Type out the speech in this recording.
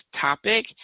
topic